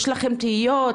יש לכם תהיות,